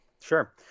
Sure